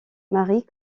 marie